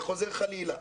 וחוזר חלילה,